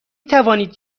توانید